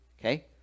Okay